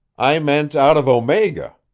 i meant out of omega.